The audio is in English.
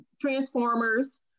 Transformers